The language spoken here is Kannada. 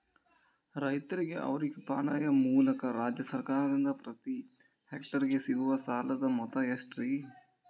ರೈತರಿಗೆ ಅವರ ಪಾಣಿಯ ಮೂಲಕ ರಾಜ್ಯ ಸರ್ಕಾರದಿಂದ ಪ್ರತಿ ಹೆಕ್ಟರ್ ಗೆ ಸಿಗುವ ಸಾಲದ ಮೊತ್ತ ಎಷ್ಟು ರೇ?